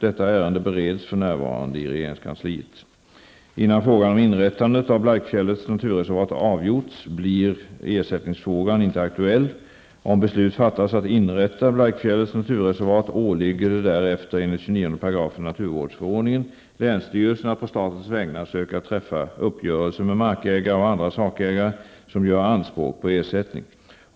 Detta ärende bereds för närvarande i regeringskansliet. Innan frågan om inrättandet av Blaikfjällets naturreservat avgjorts blir ersättningsfrågan inte aktuell. Om beslut fattas att inrätta Blaikfjällets naturreservat åligger det därefter, enligt 29 § naturvårdsförordningen, länsstyrelsen att på statens vägnar söka träffa uppgörelse med markägare och andra sakägare som gör anspråk på ersättning.